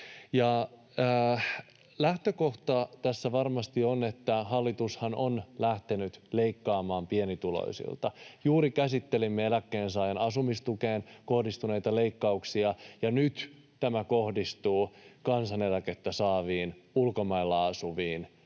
Lähtökohta tässä varmasti on, että hallitushan on lähtenyt leikkaamaan pienituloisilta. Juuri käsittelimme eläkkeensaajan asumistukeen kohdistuneita leikkauksia, ja nyt tämä kohdistuu kansaneläkettä saaviin, ulkomailla asuviin